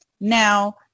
Now